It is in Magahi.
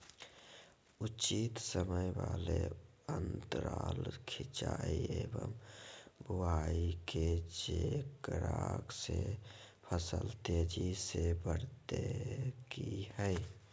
उचित समय वाले अंतराल सिंचाई एवं बुआई के जेकरा से फसल तेजी से बढ़तै कि हेय?